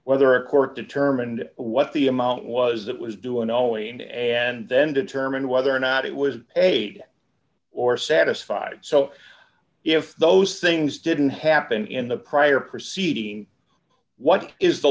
whether a court determined what the amount was that was due and owing to and then determine whether or not it was paid or satisfied so if those things didn't happen in the prior proceeding what is the